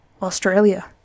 Australia